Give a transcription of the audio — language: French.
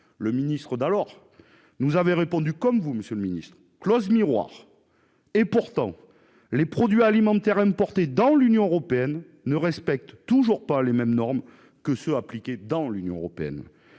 Le ministre d'alors nous avait répondu comme vous, monsieur le ministre : clauses miroirs ! Pourtant, les produits alimentaires importés dans l'Union européenne ne respectent pas toujours les mêmes normes que celles qui sont appliquées dans l'Union européenne.